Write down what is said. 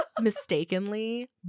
mistakenly